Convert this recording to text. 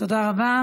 תודה רבה.